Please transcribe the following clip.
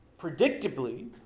predictably